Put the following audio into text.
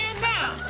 now